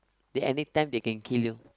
they anytime they can kill you